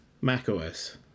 macOS